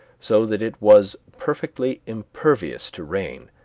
so that it was perfectly impervious to rain,